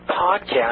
podcast